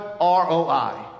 ROI